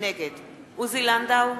נגד עוזי לנדאו,